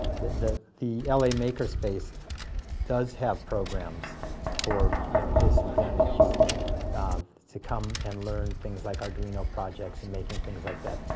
that the the la makerspace does have programs for you know disadvantaged youth to come and learn things like arduino projects and making things like that.